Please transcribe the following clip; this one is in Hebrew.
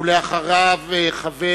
ואחריה, חבר